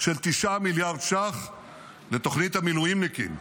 של 9 מיליארד ש"ח לתוכנית המילואימניקים.